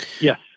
Yes